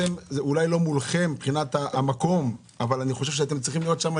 אולי לא מולכם מבחינת המקום אבל אני חושב שאתם צריכים להיות שם,